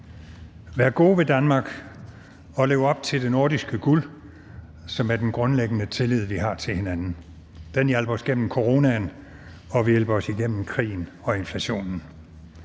Vær gode ved Danmark og lev op til det nordiske guld, som er den grundlæggende tillid, vi har til hinanden. Den hjalp os gennem coronaen og vil hjælpe os igennem krigen og inflationen.